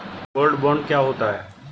Gold bond क्या होता है?